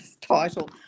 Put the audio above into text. title